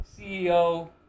CEO